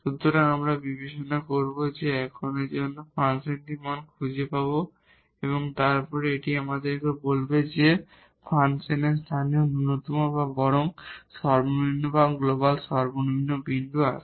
সুতরাং আমরা বিবেচনা করবো এখন এর জন্য আমরা ফাংশনের মান খুঁজে পাব এবং তারপর এটি আমাদের বলবে যে এই ফাংশনে লোকাল মিনিমা বা বরং মিনিমা বা গ্লোবাল মিনিমা বিন্দু আছে